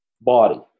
body